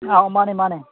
ꯑꯥ ꯃꯥꯟꯅꯦ ꯃꯥꯟꯅꯦ